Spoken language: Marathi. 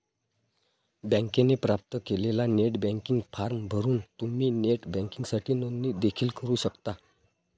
बँकेने प्राप्त केलेला नेट बँकिंग फॉर्म भरून तुम्ही नेट बँकिंगसाठी नोंदणी देखील करू शकता